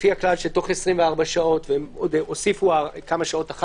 לפי הכלל שתוך 24 שעות, והוסיפו כמה שעות,